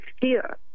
fear